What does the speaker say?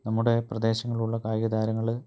നമ്മുടെ പ്രദേശങ്ങളിലുള്ള കായിക താരങ്ങൾ